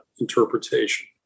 interpretation